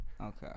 Okay